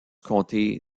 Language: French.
comté